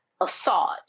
assault